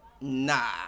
Nah